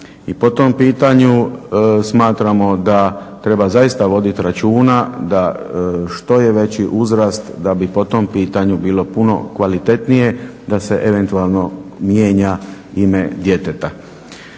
I po tom pitanju smatramo da treba zaista vodit računa da što je veći uzrast da bi po tom pitanju bilo puno kvalitetnije da se eventualno mijenja ime djeteta.